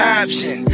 option